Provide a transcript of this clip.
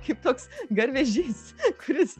kaip toks garvežys kuris